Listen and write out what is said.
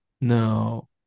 No